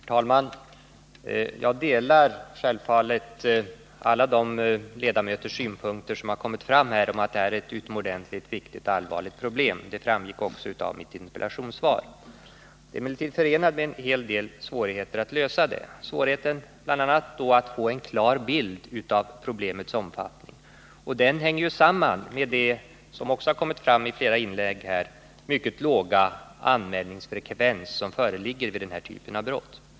Herr talman! Jag delar självfallet alla de synpunkter som har kommit fram här om att detta är ett utomordentligt viktigt och allvarligt problem. Det framgick också av mitt interpellationssvar. Det är emellertid förenat med en hel del svårigheter att lösa det här problemet, bl.a. svårigheten att få en klar bild av problemets omfattning. Det hänger ju samman med den — såsom också har framgått av flera inlägg här — mycket låga anmälningsfrekvens som föreligger vid denna typ av brott.